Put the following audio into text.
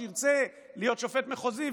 כשירצה להיות שופט מחוזי,